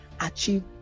achieve